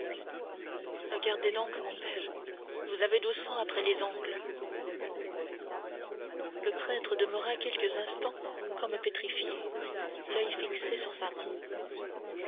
regardez donc mon père vous avez du sang après les ongles le prêtre demeura quelques instants comme pétrifié l'oeil fixé sur sa main